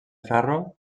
ferro